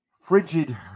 frigid